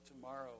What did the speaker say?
tomorrow